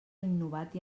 innovat